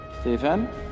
Stephen